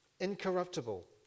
incorruptible